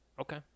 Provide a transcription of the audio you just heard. Okay